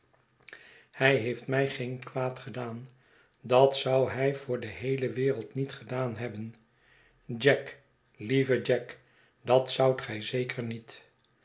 hy heeft mij geen kwaad gedaan dat zou hij voor de heele wereld niet gedaan hebben jack lieve jack dat zoudt gij zeker niet